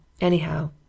Anyhow